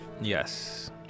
Yes